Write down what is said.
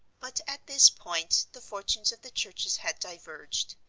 but at this point the fortunes of the churches had diverged.